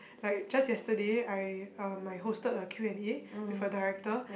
like just yesterday I um I hosted a Q and A with a director